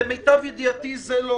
למיטב ידעתי זה לא